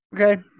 Okay